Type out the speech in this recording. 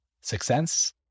Success